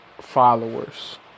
followers